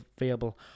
available